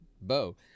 bow